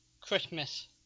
Christmas